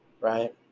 right